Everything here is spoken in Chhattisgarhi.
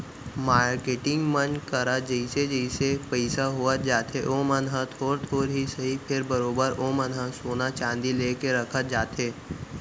मारकेटिंग मन करा जइसे जइसे पइसा होवत जाथे ओमन ह थोर थोर ही सही फेर बरोबर ओमन ह सोना चांदी लेके रखत जाथे